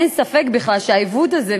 אין ספק בכלל שהעיוות הזה,